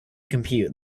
compute